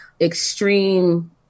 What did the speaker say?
extreme